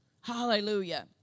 Hallelujah